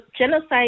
genocide